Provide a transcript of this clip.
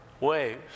waves